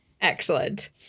excellent